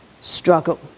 struggle